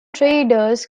traders